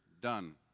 done